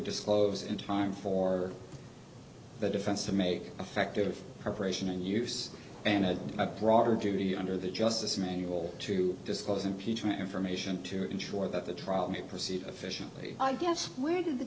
disclose in time for the defense to make effective preparation and use an a broader duty under the justice manual to disclose impeachment information to ensure that the trial may proceed efficiently i guess whe